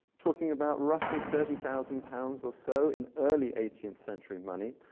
talking about roughly thirty thousand pounds or so in early eighteenth century money.